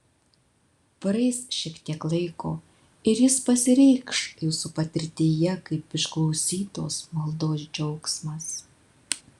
praeis šiek tiek laiko ir jis pasireikš jūsų patirtyje kaip išklausytos maldos džiaugsmas